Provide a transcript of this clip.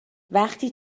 وقتی